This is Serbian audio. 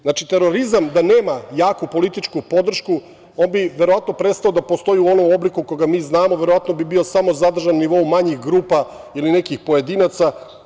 Znači, terorizam da nema jaku političku podršku on bi verovatno prestao da postoji u onom obliku koga mi znamo, verovatno bi bio samo zadržan na nivou manjih grupa ili nekih pojedinaca.